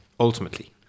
Ultimately